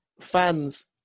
fans